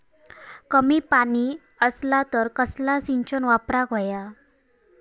कमी पाणी असला तर कसला सिंचन वापराक होया?